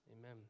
amen